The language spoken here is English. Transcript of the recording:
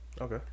okay